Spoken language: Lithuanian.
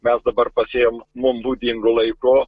mes dabar pasėjom mum būdingu laiko